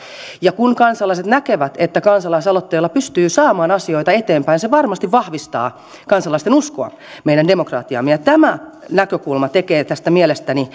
ja kun kansalaiset näkevät että kansalaisaloitteella pystyy saamaan asioita eteenpäin se varmasti vahvistaa kansalaisten uskoa meidän demokratiaamme tämä näkökulma tekee tästä mielestäni